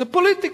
זה פוליטיקה.